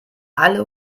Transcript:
alle